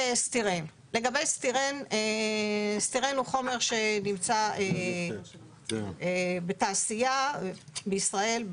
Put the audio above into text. סטירן: חומר שנמצא בתעשייה בישראל,